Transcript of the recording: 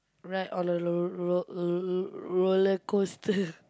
ride on a lo~ roll uh l~ roller-coaster